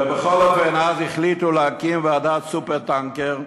ובכל אופן אז החליטו להקים ועדת סופר-טנקר,